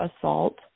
assault